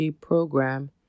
program